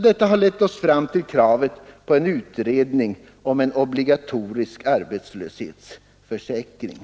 Detta har lett oss fram till kravet på en utredning om en obligatorisk arbetslöshetsförsäkring.